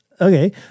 Okay